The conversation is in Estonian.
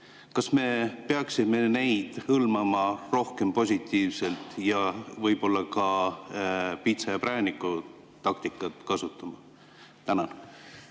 Kas me peaksime neid hõlmama rohkem positiivselt ning võib-olla ka piitsa ja prääniku taktikat kasutama?